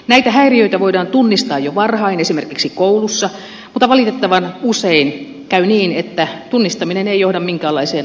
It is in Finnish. näitä häiriöitä voidaan tunnistaa jo varhain esimerkiksi koulussa mutta valitettavan usein käy niin että tunnistaminen ei johda minkäänlaiseen apuun eikä hoitoon